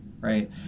right